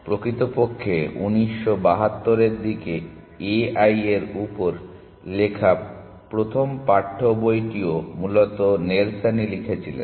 প্রকৃতপক্ষে উনিশশো বাহাত্তরের দিকে a i এর উপর লেখা প্রথম পাঠ্য বইটিও মূলত নেলসনই লিখেছিলেন